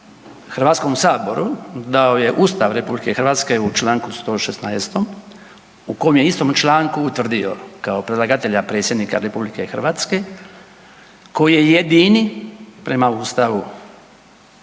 Hrvatskom saboru da je Ustav RH u čl. 116. u kom je u istom članku utvrdio kao predlagatelja Predsjednika RH koji je jedini prema Ustavu